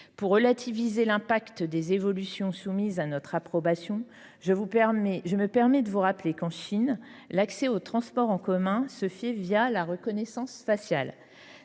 Pour relativiser les conséquences des évolutions soumises à notre approbation, je me permets de vous rappeler qu’en Chine l’accès aux transports en commun se fait la reconnaissance faciale.